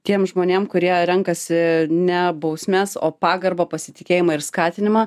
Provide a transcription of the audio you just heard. tiem žmonėm kurie renkasi ne bausmes o pagarbą pasitikėjimą ir skatinimą